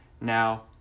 Now